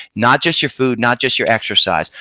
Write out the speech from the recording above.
not just your food not just your exercise.